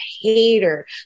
hater